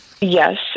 Yes